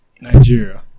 Nigeria